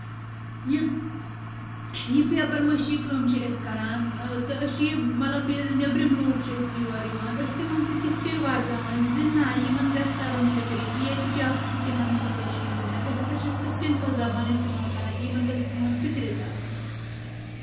یہِ یہِ پیپر مٲشی کٲم چھٕ أسۍ کران تہٕ أسۍ چھٕ یہِ مطلب ییٚلۍ نیٚبرِم لوٗکھ چھٕ أسۍ یور یِوان أسۍ چھ تِمن سۭتۍ تِتھ کنۍ ورتاوان زِ نَہ یِمن گژھِ ترُن فِکرِ کہِ ییٚتہِ کیٚاہ چھُ کیٚاہ نہَ چھ کٔشیٖر ہِنٛدین أسۍ ہسا چھٕ تِتھۍ کٕنۍ سۄ زَبان اِستعمال کران کہِ یِمن گژھِ سون فِکری تَرُن